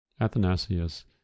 Athanasius